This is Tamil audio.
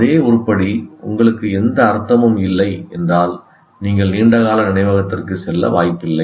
அதே உருப்படி உங்களுக்கு எந்த அர்த்தமும் இல்லை என்றால் நீண்ட கால நினைவகத்திற்கு செல்ல வாய்ப்பில்லை